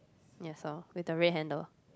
ya saw with the red handle